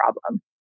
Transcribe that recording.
problem